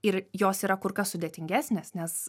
ir jos yra kur kas sudėtingesnės nes